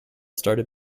started